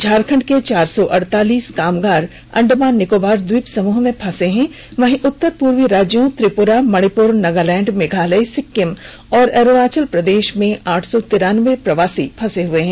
झारखंड के चार सौ अड़तालीस कामगार अंडमान निकोबार द्वीप समूह में फंसे हैं वहीं उत्तर पूर्वी राज्यों त्रिपुरा मणिपुर नागालैंड मेघालय सिक्किम और अरूणाचल प्रदे ध में आठ सौ तिरानबे प्रवासी फंसे हुए हैं